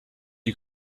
you